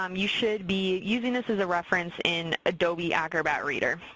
um you should be using this as a reference in adobe acrobat reader.